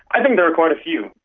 i think there are quite a few.